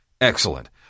Excellent